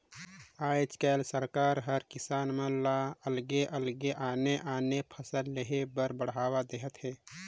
आयज कायल सरकार हर किसान मन ल अलगे अलगे आने आने फसल लेह बर बड़हावा देहत हे